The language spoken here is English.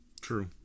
True